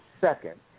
second